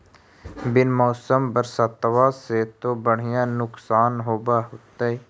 बिन मौसम बरसतबा से तो बढ़िया नुक्सान होब होतै?